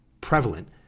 prevalent